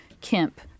Kemp